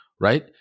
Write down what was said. right